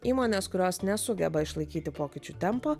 įmonės kurios nesugeba išlaikyti pokyčių tempo